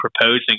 proposing